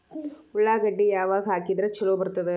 ಉಳ್ಳಾಗಡ್ಡಿ ಯಾವಾಗ ಹಾಕಿದ್ರ ಛಲೋ ಬರ್ತದ?